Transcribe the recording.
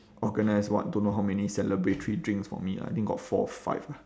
organised what don't know how many celebratory drinks for me lah I think got four five ah